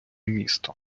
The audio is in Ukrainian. місто